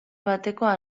batekoa